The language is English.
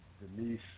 Denise